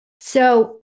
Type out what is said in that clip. So-